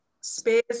space